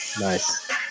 nice